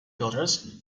filters